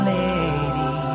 lady